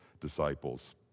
disciples